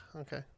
okay